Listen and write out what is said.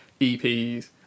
EPs